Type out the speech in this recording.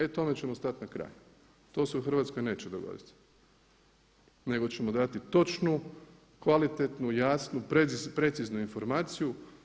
E tome ćemo stati na kraj, to se u Hrvatskoj neće dogoditi nego ćemo dati točnu, kvalitetnu, jasnu, preciznu informaciju.